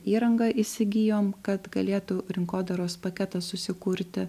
įrangą įsigijom kad galėtų rinkodaros paketą susikurti